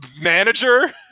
manager